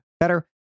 Better